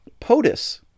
POTUS